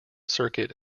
circuit